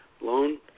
loan